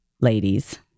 ladies